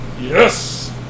yes